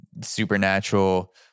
supernatural